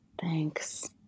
thanks